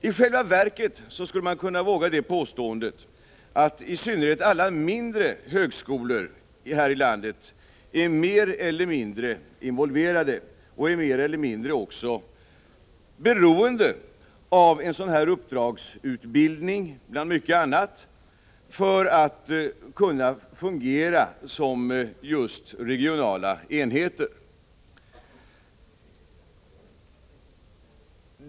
I själva verket skulle man kunna våga påståendet att i synnerhet alla mindre högskolor här i landet är mer eller mindre involverade i, och också mer eller mindre beroende av, bl.a. uppdragsutbildning för att kunna fungera som regionala enheter.